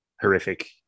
horrific